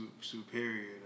superior